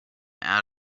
out